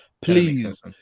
Please